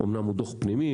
אומנם הוא דו"ח פנימי,